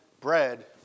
bread